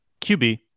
QB